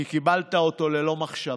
כי קיבלת אותו ללא מחשבה,